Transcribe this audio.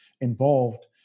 involved